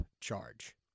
charge